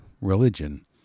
religion